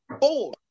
four